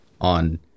on